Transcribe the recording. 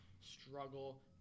struggle